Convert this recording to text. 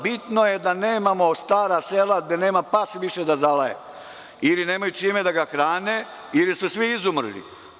Bitno je da nemamo stara sela, gde nema pas više da zalaje ili nemaju čime da ga hrane ili su svi izumrli.